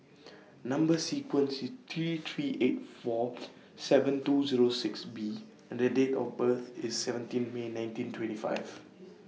Number sequence IS T three eight four seven two Zero six B and The Date of birth IS seventeen May nineteen twenty five